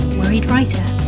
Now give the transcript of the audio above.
worriedwriter